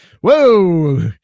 whoa